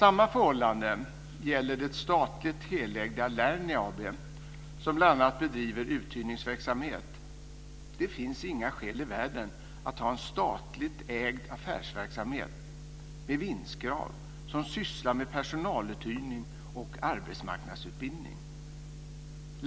Samma förhållanden gäller det statligt helägda Det finns inga skäl i världen att ha en statligt ägd affärsverksamhet med vinstkrav som sysslar med personaluthyrning och arbetsmarknadsutbildning.